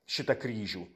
šitą kryžių